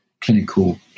clinical